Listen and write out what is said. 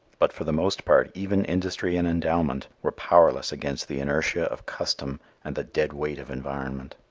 but for the most part even industry and endowment were powerless against the inertia of custom and the dead-weight of environment.